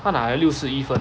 他拿了六十一分